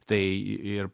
tai ir